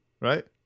right